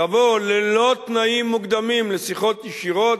תבוא ללא תנאים מוקדמים לשיחות ישירות,